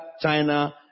China